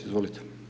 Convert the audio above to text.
Izvolite.